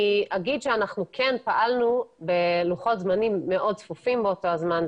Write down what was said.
אני אגיד שאנחנו כן פעלנו בלוחות זמנים מאוד צפופים באותו הזמן,